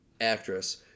actress